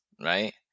right